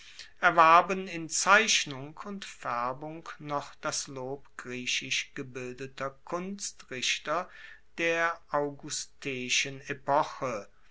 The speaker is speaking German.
erwarben in zeichnung und faerbung noch das lob griechisch gebildeter kunstrichter der augusteischen epoche